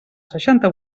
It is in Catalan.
seixanta